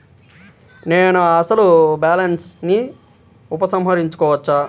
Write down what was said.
నేను నా అసలు బాలన్స్ ని ఉపసంహరించుకోవచ్చా?